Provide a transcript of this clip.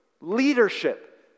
leadership